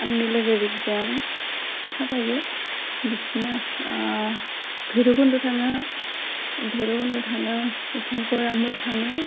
आंनि लोगोरिजों थाबायो बिदिनो भैर'बखन्द थाङो ओमफ्राय भैर'बखन्द थाङो बिथिं गरामुल थाङो